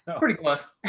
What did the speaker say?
pretty close.